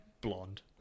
blonde